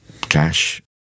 cash